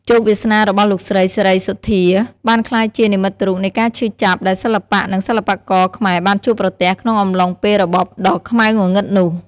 ជោគវាសនារបស់លោកស្រី សេរីសុទ្ធា បានក្លាយជា និមិត្តរូបនៃការឈឺចាប់ ដែលសិល្បៈ និងសិល្បករខ្មែរបានជួបប្រទះក្នុងអំឡុងពេលរបបដ៏ខ្មៅងងឹតនោះ។